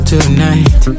Tonight